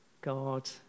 God